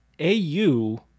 Au